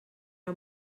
era